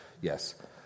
Yes